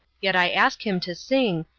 yet i ask him to sing,